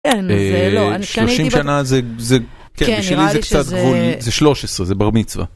שלושים שנה זה, בשלי זה קצת גבול, זה שלוש עשרה, זה בר מצווה.